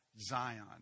Zion